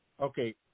Okay